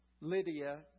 Lydia